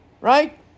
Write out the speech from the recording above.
Right